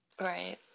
Right